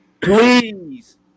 Please